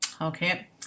Okay